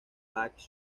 bach